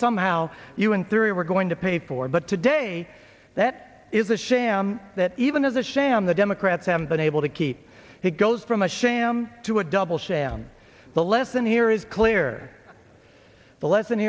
somehow you in theory we're going to pay for it but today that is a sham that even as a sham the democrats haven't been able to keep it goes from a sham to a double sham the lesson here is clear the lesson